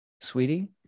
sweetie